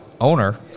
owner